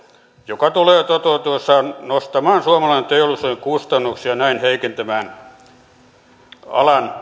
joka tulee toteutuessaan nostamaan suomalaisen teollisuuden kustannuksia ja näin heikentämään alan